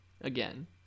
again